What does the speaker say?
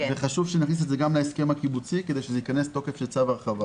וחשוב שנכניס את זה גם להסכם הקיבוצי כדי שזה ייכנס לתוקף של צו הרחבה.